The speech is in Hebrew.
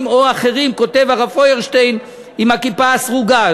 או אחרים" כותב הרב פיירשטיין עם הכיפה הסרוגה,